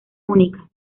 únicas